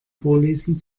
vorlesen